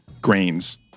grains